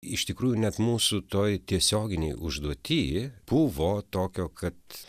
iš tikrųjų net mūsų toj tiesioginėj užduoty buvo tokio kad